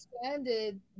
expanded